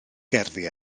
gerddi